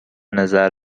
نظر